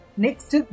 Next